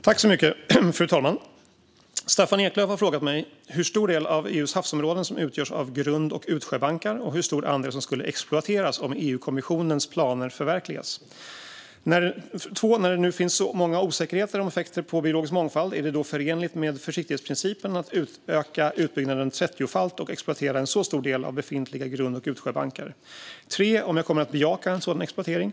Fru talman! Staffan Eklöf har för det första frågat mig hur stor del av EU:s havsområden som utgörs av grund och utsjöbankar och hur stor andel som skulle exploateras om EU-kommissionens planer förverkligas. För det andra har han frågat: När det nu finns så många osäkerheter om effekter på biologisk mångfald - är det då förenligt med försiktighetsprincipen att öka utbyggnaden trettiofalt och exploatera en så stor del av befintliga grund och utsjöbankar? För det tredje har han frågat om jag kommer att bejaka en sådan exploatering.